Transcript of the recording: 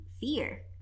fear